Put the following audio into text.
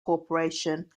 corporation